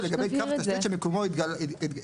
לגבי קו תשתית שמקומו התגלה.